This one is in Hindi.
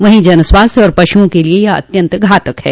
वहीं जन स्वास्थ्य एवं पशुओं के लिये यह अत्यन्त घातक है